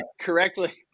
correctly